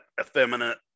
effeminate